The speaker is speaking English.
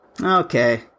okay